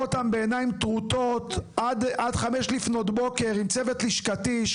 אותם בעיניים טרוטות עד 5:00 עם צוות לשכתי,